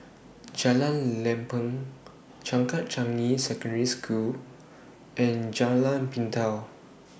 Jalan Lempeng Changkat Changi Secondary School and Jalan Pintau